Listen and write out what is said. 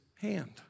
hand